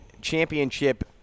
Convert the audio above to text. championship